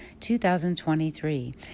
2023